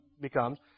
becomes